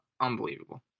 unbelievable